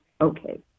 okay